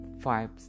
vibes